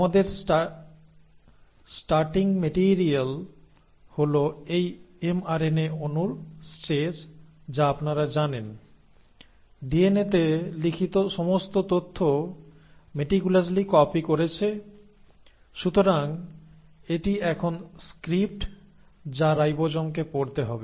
আমাদের starting material হল এই এমআরএনএ অণুর স্ট্রেচ যা আপনারা জানেন ডিএনএতে লিখিত সমস্ত তথ্য মেটিকুলসলি কপি করেছে সুতরাং এটি এখন স্ক্রিপ্ট যা রাইবোজোমকে পড়তে হবে